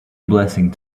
blessing